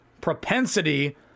propensity